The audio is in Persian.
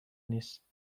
نیست